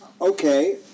Okay